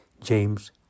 James